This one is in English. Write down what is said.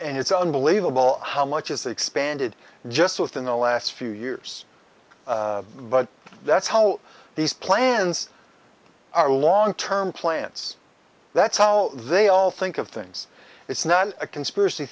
and it's unbelievable how much is expanded just within the last few years but that's how these plans are long term plans that's how they all think of things it's not a conspiracy